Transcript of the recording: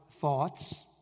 thoughts